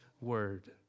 word